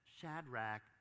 Shadrach